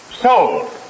sold